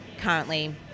currently